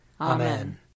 Amen